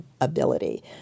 ability